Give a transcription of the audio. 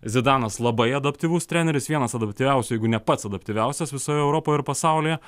zidanas labai adaptyvus treneris vienas adaptyviausių jeigu ne pats adaptyviausias visoje europoj ir pasaulyje